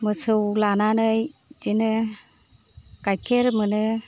मोसौ लानानै बिदिनो गाइखेर मोनो